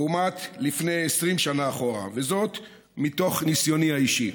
לעומת לפני עשרים שנה אחורה, מתוך ניסיוני האישי.